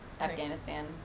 Afghanistan